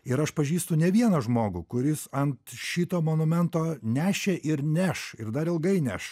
ir aš pažįstu ne vieną žmogų kuris ant šito monumento nešė ir neš ir dar ilgai neš